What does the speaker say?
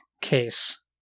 case